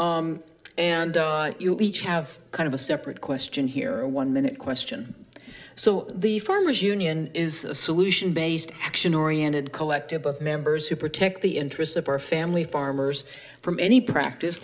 bows and you each have kind of a separate question here one minute question so the farmers union is a solution based action oriented collective of members who protect the interests of our family farmers from any practice